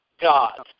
God